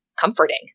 comforting